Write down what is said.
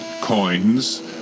coins